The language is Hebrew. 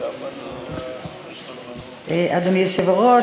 אדוני היושב-ראש,